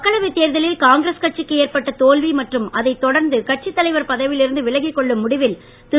மக்களவை தேர்தலில் காங்கிரஸ் கட்சிக்கு ஏற்பட்ட தோல்வி மற்றும் அதைத் தொடர்ந்து கட்சித் தலைவர் பதவியில் இருந்து விலகிக் கொள்ளும் முடிவில் திரு